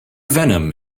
venom